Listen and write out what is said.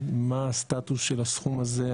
מה הסטטוס של הסכום הזה,